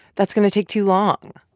that's going to take too long.